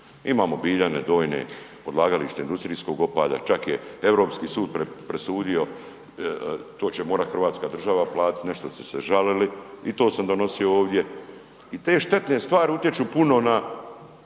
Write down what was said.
Imamo Biljane donje odlagalište industrijskog otpada čak je Europski sud presudio to će morati Hrvatska država platiti, nešto su se žalili i to sam donosio ovdje. I te štetne stvari utječu puno na